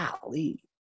golly